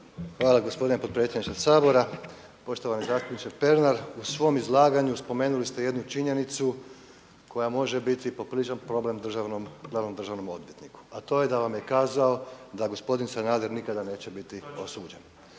Hvala gospodine potpredsjedniče Sabora. Poštovani zastupniče Pernar, u svom izlaganju spomenuli ste jednu činjenicu koja može biti popriličan problem državnom, glavnom državnom odvjetniku a to je da vam je kazao da gospodin Sanader nikada neće biti osuđen.